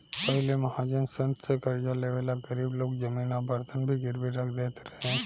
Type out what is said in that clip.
पहिले महाजन सन से कर्जा लेवे ला गरीब लोग जमीन आ बर्तन भी गिरवी रख देत रहे